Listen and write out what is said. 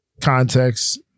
context